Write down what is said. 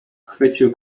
chwycił